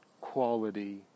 quality